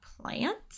plant